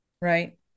Right